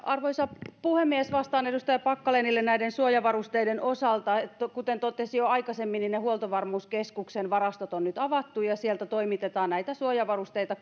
arvoisa puhemies vastaan edustaja packalenille näiden suojavarusteiden osalta että kuten totesin jo aikaisemmin ne huoltovarmuuskeskuksen varastot on nyt avattu ja sieltä toimitetaan näitä suojavarusteita